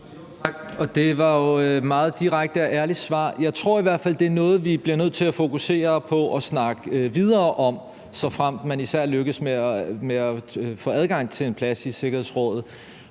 Det var jo et meget direkte og ærligt svar. Jeg tror i hvert fald, det er noget, vi bliver nødt til at fokusere på og snakke videre om, især såfremt man lykkes med at få adgang til en plads i Sikkerhedsrådet,